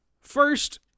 First